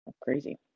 crazy